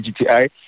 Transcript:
GTI